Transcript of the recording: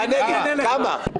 תענה לי, כמה?